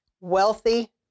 wealthy